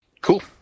Cool